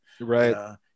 Right